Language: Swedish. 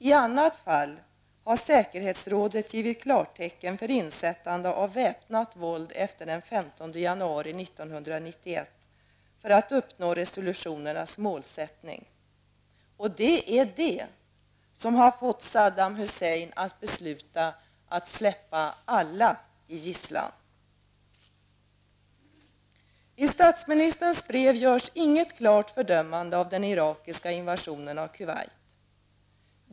I annat fall har säkerhetsrådet givit klartecken för insättande av väpnat våld efter den 15 januari 1991 för att uppnå resolutionernas målsättningar. Det är det som har fått Saddam Hussein att besluta att släppa alla i gisslan. I statsministerns brev görs inget klart fördömande av den irakiska invasionen av Kuwait.